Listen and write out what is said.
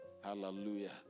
Hallelujah